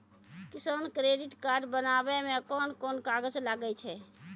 किसान credit card बनाबै मे कोन कोन कागज लागै छै?